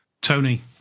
Tony